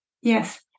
Yes